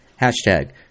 Hashtag